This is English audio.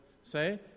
say